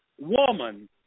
woman